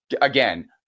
again